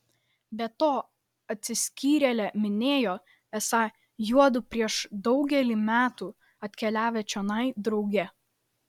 be to atsiskyrėlė minėjo esą juodu prieš daugelį metų atkeliavę čionai drauge